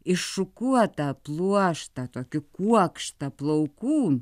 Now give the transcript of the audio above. iššukuotą pluoštą tokiu kuokštą plaukų